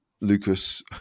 Lucas